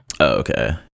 okay